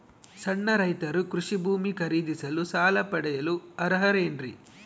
ಸಣ್ಣ ರೈತರು ಕೃಷಿ ಭೂಮಿ ಖರೇದಿಸಲು ಸಾಲ ಪಡೆಯಲು ಅರ್ಹರೇನ್ರಿ?